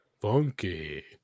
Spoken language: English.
Funky